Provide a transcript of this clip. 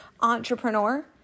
entrepreneur